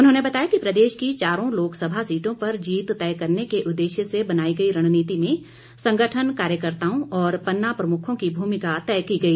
उन्होंने बताया कि प्रदेश की चारों लोकसभा सीटों पर जीत तय करने के उददेश्य से बनाई गई रणनीति में संगठन कार्यकर्त्ताओं और पन्ना प्रमुखों की भूमिका तय की गई